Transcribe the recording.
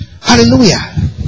Hallelujah